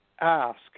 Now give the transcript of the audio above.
ask